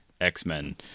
X-Men